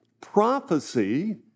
prophecy